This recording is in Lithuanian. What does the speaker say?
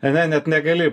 ane net negali